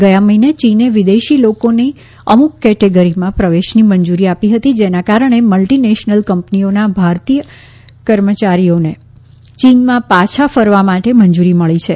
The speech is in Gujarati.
ગયા મહિને ચીને વિદેશી લોકોની અમુક કેટેગરીમાં પ્રવેશની મંજૂરી આપી હતી જેના કારણે મલ્ટિનેશનલ કંપનીઓના ભારતીય કર્મચારીઓને ચીનમાં પાછા ફરવા માટે મંજૂરી મળી છે